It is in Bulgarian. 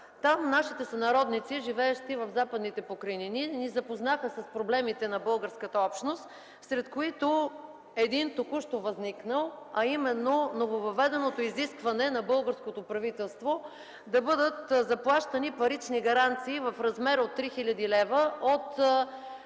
Там нашите сънародници, живеещи в Западните покрайнини, ни запознаха с проблемите на българската общност, сред които един току-що възникнал, а именно нововъведеното изискване на българското правителство да бъдат заплащани парични гаранции в размер на 3 хил. лв. от